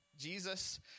Jesus